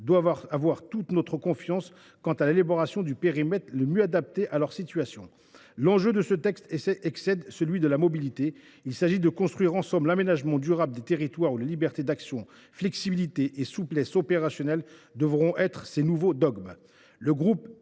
doivent avoir toute notre confiance quant à l’élaboration du périmètre le mieux adapté à leur situation. L’enjeu de ce texte excède la seule mobilité : il s’agit de construire ensemble l’aménagement durable des territoires où liberté d’action, flexibilité et souplesse opérationnelles devront être les nouveaux dogmes.